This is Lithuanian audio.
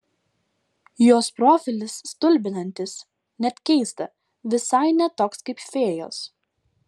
jos profilis stulbinantis net keista visai ne toks kaip fėjos